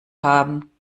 haben